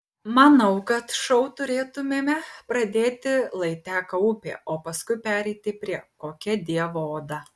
manau kad šou turėtumėme pradėti lai teka upė o paskui pereiti prie kokia dievo oda